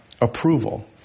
approval